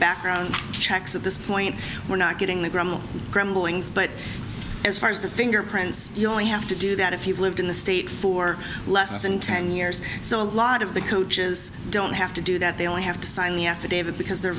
background checks at this point we're not getting the grammar grambling xp but as far as the fingerprints you only have to do that if you've lived in the state for less than ten years so a lot of the coaches don't have to do that they only have to sign the affidavit because they're